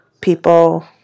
people